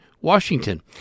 Washington